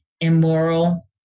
immoral